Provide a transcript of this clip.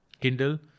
Kindle